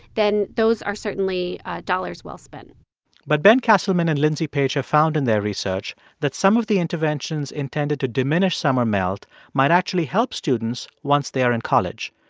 then those are certainly dollars well spent but ben castleman and lindsay page have found in their research that some of the interventions intended to diminish summer melt might actually help students once they are in college.